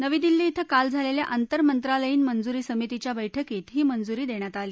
नवी दिल्ली इथं काल झालेल्या आंतरमंत्रालयीन मंजुरी समितीच्या बैठकीत ही मंजूरी देण्यात आली